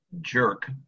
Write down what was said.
jerk